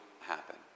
happen